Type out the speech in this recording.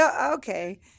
okay